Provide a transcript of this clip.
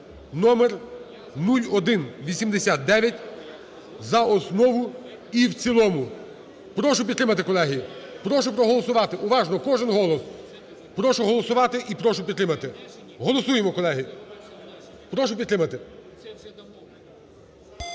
(№0189) за основу і в цілому. Прошу підтримати, колеги, прошу проголосувати, уважно кожен голос. Прошу голосувати і підтримати. Голосуємо, колеги. Прошу підтримати.